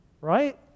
right